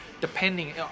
depending